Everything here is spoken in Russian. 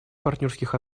партнерских